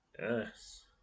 Yes